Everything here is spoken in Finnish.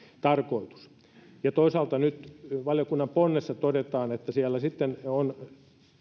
tarkoitus toisaalta nyt valiokunnan ponnessa todetaan että siellä